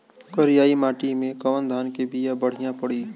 करियाई माटी मे कवन धान के बिया बढ़ियां पड़ी?